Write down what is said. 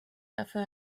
dafür